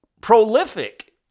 prolific